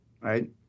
right